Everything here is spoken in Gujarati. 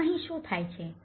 હવે અહીં શું થાય છે